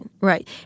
right